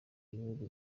y’ibihugu